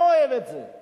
כצל'ה לא אוהב את זה.